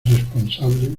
responsable